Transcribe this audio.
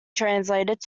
translated